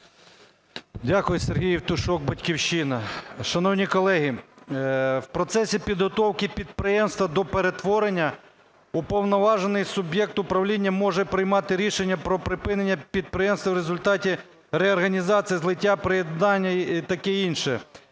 Дякую. Сергій Євтушок, "Батьківщина". Шановні колеги, в процесі підготовки підприємства до перетворення уповноважений суб'єкт управління може приймати рішення про припинення підприємства в результаті реорганізації, злиття, приєднання і таке інше